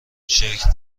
شکل